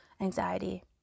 anxiety